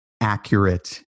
accurate